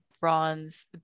bronze